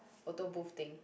photo booth thing